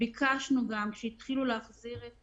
ביקשנו כשהתחילו להחזיר את